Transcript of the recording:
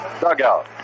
dugout